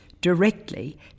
directly